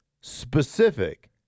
specific